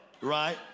right